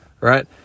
right